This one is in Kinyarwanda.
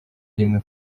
rimwe